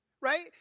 Right